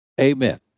amen